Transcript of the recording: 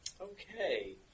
Okay